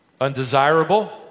undesirable